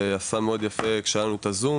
זה עשה מאוד יפה כאשר היה לנו את הזום